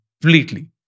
completely